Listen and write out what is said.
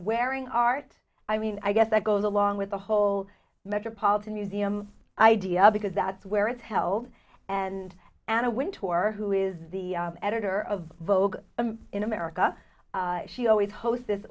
wearing art i mean i guess that goes along with the whole metropolitan museum idea because that's where it's held and anna wintour who is the editor of vogue in america she always host